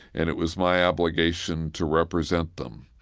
and it was my obligation to represent them.